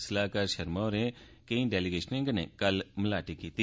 सलाहकार शर्मा होरें केई डेलीगेशनें कन्नै मलाटी कीती